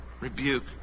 rebuke